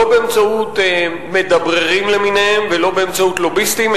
לא באמצעות מדבררים למיניהם ולא באמצעות לוביסטים,